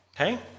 Okay